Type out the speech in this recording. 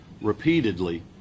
repeatedly